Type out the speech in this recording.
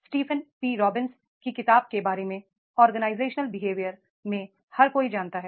Stephen P Robbins की किताब के बारे में ओ बी हर कोई जानता है